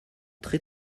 très